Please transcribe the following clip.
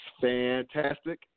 fantastic